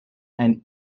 and